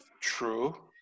True